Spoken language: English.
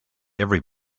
every